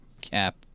cap